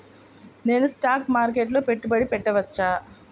నేను స్టాక్ మార్కెట్లో పెట్టుబడి పెట్టవచ్చా?